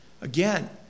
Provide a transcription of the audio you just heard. Again